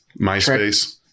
Myspace